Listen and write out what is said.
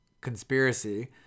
conspiracy